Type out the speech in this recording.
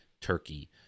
turkey